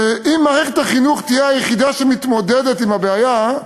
שאם מערכת החינוך תהיה היחידה שמתמודדת עם הבעיה,